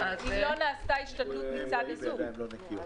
אם לא נעשתה השתדלות מצד בני הזוג.